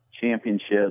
championships